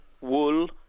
wool